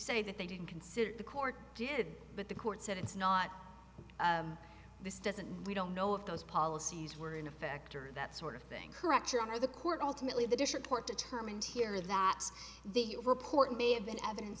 say that they didn't consider it the court did but the court said it's not this doesn't we don't know if those policies were in effect or that sort of thing correction or the court ultimately the district court determined here that the report may have been evidence